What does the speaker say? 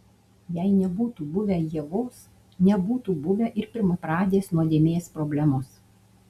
jei nebūtų buvę ievos nebūtų buvę ir pirmapradės nuodėmės problemos